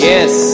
Yes